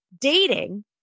dating